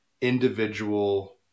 individual